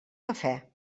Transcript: cafè